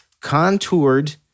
contoured